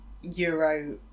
Euro